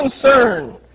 concern